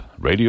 Radio